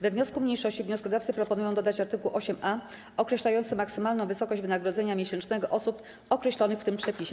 We wniosku mniejszości wnioskodawcy proponują dodać art. 8a określający maksymalną wysokość wynagrodzenia miesięcznego osób określonych w tym przepisie.